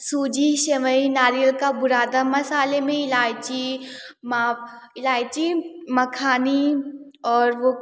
सूजी सेवई नारियल का बुरादा मसाले में इलायची इलायची मखानी और वो